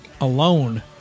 alone